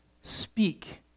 speak